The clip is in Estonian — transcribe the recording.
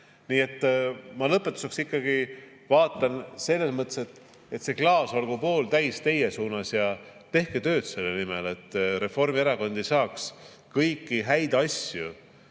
Ma lõpetuseks ikkagi vaatan selles mõttes, et see klaas olgu pooltäis, teie poole. Tehke tööd selle nimel, et Reformierakond ei saaks kõiki häid asju,